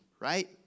right